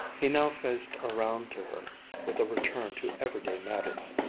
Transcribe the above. he now faced around to her with a return to everyday matters.